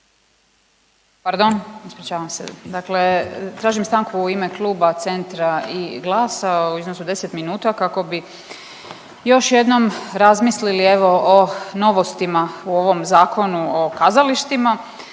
Pardon, ispričavam se. Dakle, tražim stanku u ime Kluba Centra i GLAS-a u iznosu od 10 minuta kako bi još jednom razmislili evo o novostima u ovom Zakonu o kazalištima.